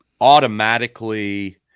automatically